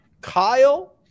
Kyle